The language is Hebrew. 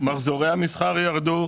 מחזורי המסחר ירדו,